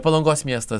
palangos miesto